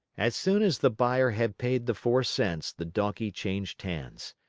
as soon as the buyer had paid the four cents, the donkey changed hands.